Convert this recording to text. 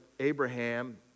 Abraham